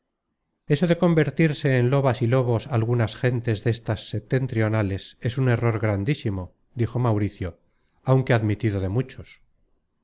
eso de convertirse en lobas y lobos algunas gentes destas setentrionales es un error grandísimo dijo mauricio aunque admitido de muchos